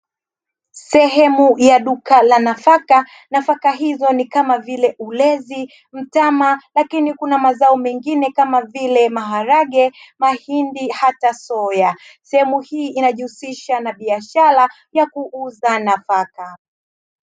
Sehemu ya duka la nafaka, nafaka hizo ni kama vile ulezi, mtama lakini kuna mazao mengine kama vile maharage, mahindi hata soya. Sehemu hii inajihusisha na biashara ya kuu za nafaka.